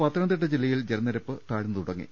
പത്തനംതിട്ട ജില്ലയിൽ ജല നിരപ്പ് താഴ്ന്നു തുടങ്ങി